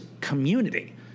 community